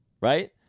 right